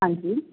ਹਾਂਜੀ